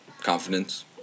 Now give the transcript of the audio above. Confidence